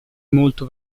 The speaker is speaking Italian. molto